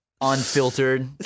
unfiltered